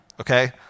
okay